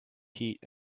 heat